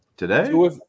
Today